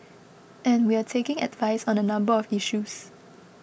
and we're taking advice on a number of issues